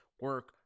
Work